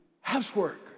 housework